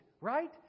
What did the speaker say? right